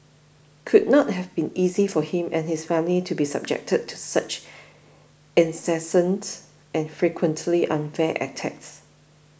could not have been easy for him and his family to be subjected to such incessant and frequently unfair attacks